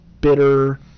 bitter